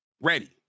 ready